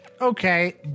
Okay